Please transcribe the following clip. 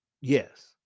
yes